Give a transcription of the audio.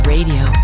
Radio